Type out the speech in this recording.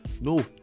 no